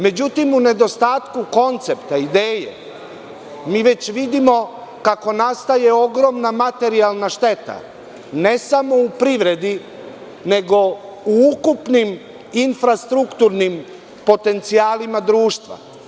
Međutim, u nedostatku koncepta, ideje, mi već vidimo kako nastaje ogromna materijalna šteta, ne samo u privredi, nego u ukupnim infrastrukturnim potencijalima društva.